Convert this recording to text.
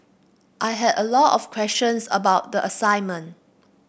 I had a lot of questions about the assignment